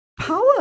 Power